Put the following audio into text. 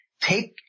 Take